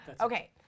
Okay